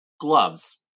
gloves